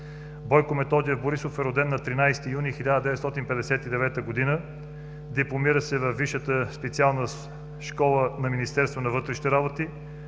Бойко Методиев Борисов е роден на 13 юни 1959 г. Дипломира се във Висшата специална школа на Министерство на вътрешните работи.